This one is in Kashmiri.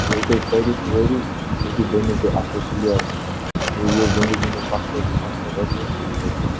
ییٚلہِ تُہۍ پٔرِو ؤرِ أتی بٔنِو تُہۍ اَصٕل پٕلیر تہِ بیٚیہِ یہِ زِندگی منٛز مقصد مقصد آسیو سُے کٔرِتھ